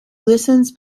listens